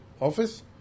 office